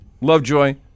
Lovejoy